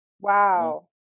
Wow